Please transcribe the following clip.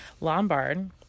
Lombard